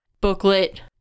booklet